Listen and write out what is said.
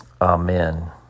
Amen